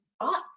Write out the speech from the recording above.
thoughts